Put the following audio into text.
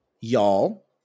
y'all